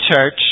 church